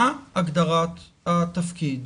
מה הגדרת התפקיד